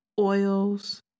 oils